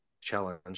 challenge